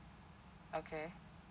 okay